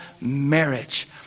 marriage